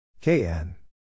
KN